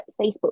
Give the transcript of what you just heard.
Facebook